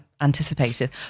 anticipated